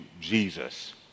Jesus